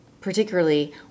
particularly